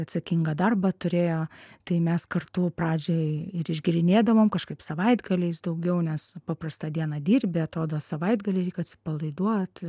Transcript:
atsakingą darbą turėjo tai mes kartu pradžiai ir išgerinėdavom kažkaip savaitgaliais daugiau nes paprastą dieną dirbi atrodo savaitgaliai atsipalaiduot